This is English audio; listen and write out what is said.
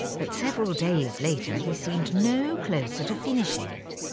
but several days later, he seemed no closer to finishing it,